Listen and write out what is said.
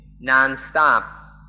non-stop